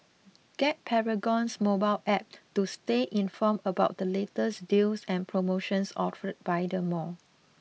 get Paragon's mobile App to stay informed about the latest deals and promotions offered by the mall